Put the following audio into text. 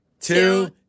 two